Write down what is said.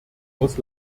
aus